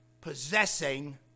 possessing